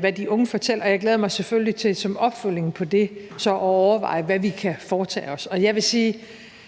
hvad de unge fortæller, og jeg glæder mig selvfølgelig til som opfølgning på det så at overveje, hvad vi kan foretage os. Jeg vil sige,